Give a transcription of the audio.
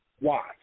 Watch